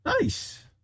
Nice